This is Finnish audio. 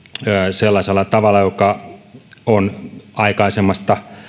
sellaisella tavalla joka on